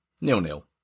Nil-nil